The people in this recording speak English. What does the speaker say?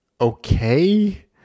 okay